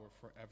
forever